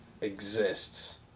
exists